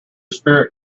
spirit